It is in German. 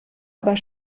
aber